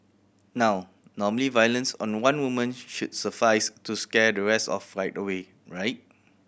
now normally violence on one woman should suffice to scare the rest off right away right